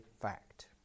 fact